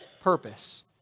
purpose